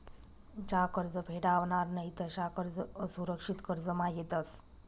ज्या कर्ज फेडावनार नयीत अशा कर्ज असुरक्षित कर्जमा येतस